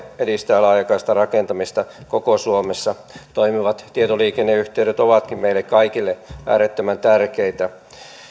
edistää laajakaistarakentamista koko suomessa toimivat tietoliikenneyhteydet ovatkin meille kaikille äärettömän tärkeitä